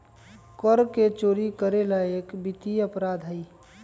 कर के चोरी करे ला एक वित्तीय अपराध हई